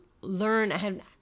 learn